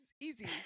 easy